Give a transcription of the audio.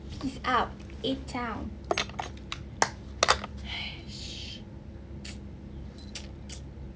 peace out in town